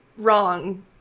Wrong